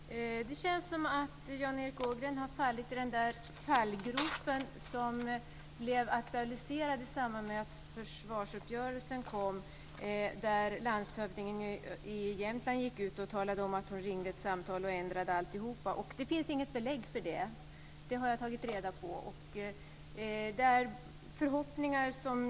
Fru talman! Det känns som om Jan Erik Ågren har fallit i en fallgrop som grävdes i samband med att försvarsuppgörelsen träffades. Landshövdingen i Jämtland gick då ut och talade om att hon genom att ringa ett samtal hade ändrat alltihop. Jag har tagit reda på att det inte finns något belägg för det.